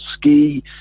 ski